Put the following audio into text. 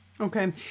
Okay